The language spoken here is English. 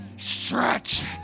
Stretch